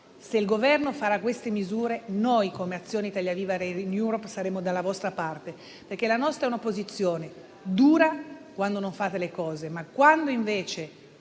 Se il Governo farà queste misure, noi come Azione-Italia Viva-RenewEurope saremo dalla vostra parte, perché la nostra è un'opposizione dura, quando non fate le cose; quando, invece